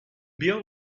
bill